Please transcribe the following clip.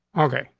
okay,